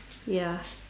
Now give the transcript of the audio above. ya